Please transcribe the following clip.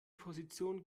position